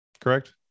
correct